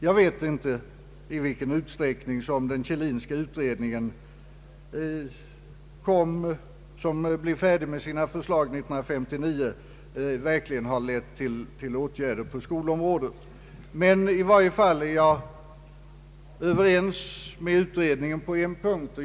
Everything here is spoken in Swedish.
Jag vet inte i vilken utsträckning som den Kjellinska utredningen, som blev färdig med sitt förslag 1959, verkligen har lett till åtgärder på skolområdet. Men i varje fall på en punkt är jag överens med utredningen.